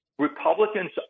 Republicans